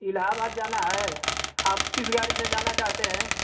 इलाहाबाद जाना है आप किस गाड़ी से जाना चाहते हैं